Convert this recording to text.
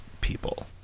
people